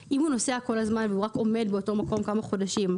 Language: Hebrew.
אם הוא נוסע כל הזמן והוא רק עומד באותו מקום כמה חודשים,